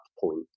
point